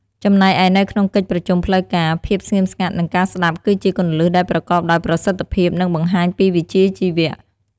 ចំណែកឯនៅក្នុងកិច្ចប្រជុំផ្លូវការ ភាពស្ងៀមស្ងាត់ និងការស្តាប់គឺជាគន្លឹះដែលប្រកបដោយប្រសិទ្ធភាព និងបង្ហាញពីវិជ្ជាជីវៈ។